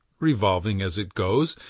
revolving as it goes,